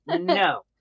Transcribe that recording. no